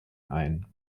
ein